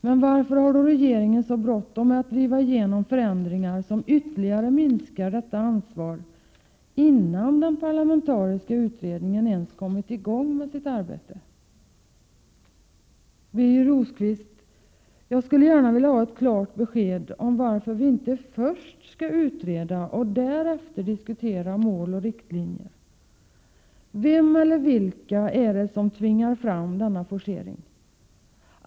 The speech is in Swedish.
Men varför har då regeringen så bråttom med att driva igenom förändringar som ytterligare minskar detta ansvar innan den parlamentariska utredningen ens kommit i gång med sitt arbete? Birger Rosqvist! Jag vill ha ett klart besked om varför vi inte först skall utreda och därefter diskutera mål och riktlinjer. Vem eller vilka är det som tvingar fram denna forcering?